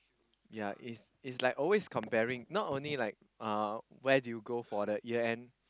ya is is like always comparing not only like uh where do you go for the year end